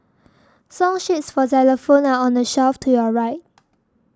song sheets for xylophones are on the shelf to your right